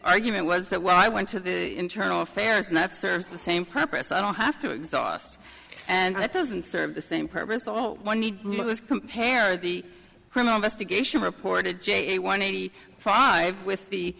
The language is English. argument was that when i went to the internal affairs and that serves the same purpose i don't have to exhaust and it doesn't serve the same purpose all compare the criminalistic geisha reported j one eighty five with the